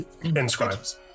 inscribed